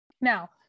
Now